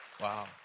wow